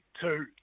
two